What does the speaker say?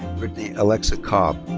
brittany alexa cobb.